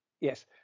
Yes